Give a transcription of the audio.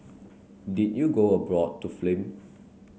did you go abroad to film